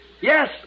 Yes